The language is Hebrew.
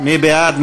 מי בעד?